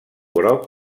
groc